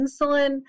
insulin